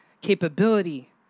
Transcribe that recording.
capability